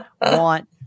want